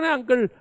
Uncle